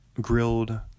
grilled